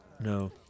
No